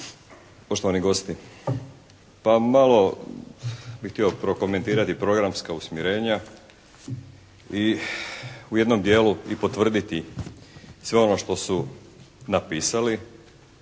poštovani gosti pa malo bih htio prokomentirati programska usmjerenja i u jednom dijelu i potvrditi sve ono što su i napisali.